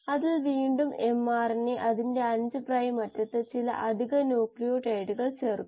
അതിനെ സമീപിക്കാനുള്ള ഒരു വഴി ഞാൻ നിങ്ങൾക്ക് പരിചയപ്പെടുത്തി